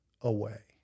away